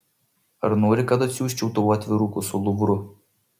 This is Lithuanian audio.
ar nori kad atsiųsčiau tau atvirukų su luvru